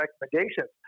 recommendations